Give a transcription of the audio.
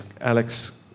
Alex